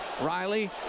Riley